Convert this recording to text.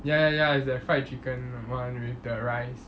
ya ya ya is that fried chicken the one with the rice